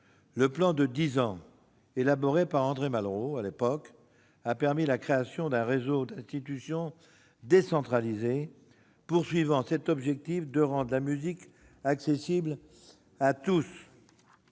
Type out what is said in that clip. Le « plan de dix ans » élaboré par André Malraux a permis la création d'un réseau d'institutions décentralisées poursuivant cet objectif de rendre la musique accessible à tous.